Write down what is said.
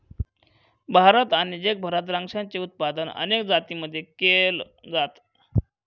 भारत आणि जगभरात द्राक्षाचे उत्पादन अनेक जातींमध्ये केल जात